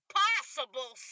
possible